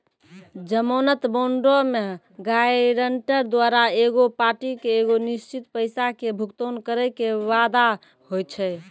जमानत बांडो मे गायरंटर द्वारा एगो पार्टी के एगो निश्चित पैसा के भुगतान करै के वादा होय छै